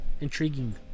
intriguing